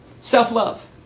Self-love